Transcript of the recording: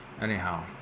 Anyhow